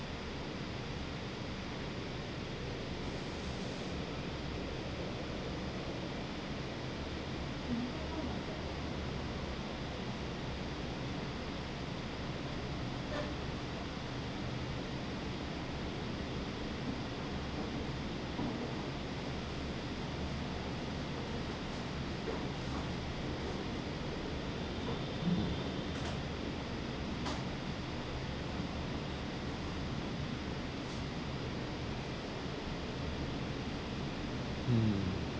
mmhmm